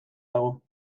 dago